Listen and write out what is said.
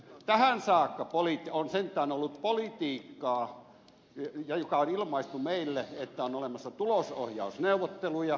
tähän saakka on sentään ollut politiikkaa ja on ilmaistu meille että on olemassa tulosohjausneuvotteluja